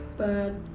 but